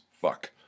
fuck